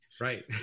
right